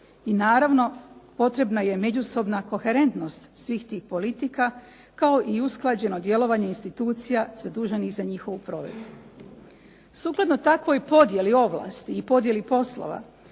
i naravno potrebna je međusobna koherentnost svih tih politika kao i usklađeno djelovanje institucija zaduženih za njihovu provedbu. Sukladno takvoj podjeli ovlasti i podjeli poslova